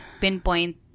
pinpoint